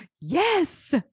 yes